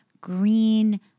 green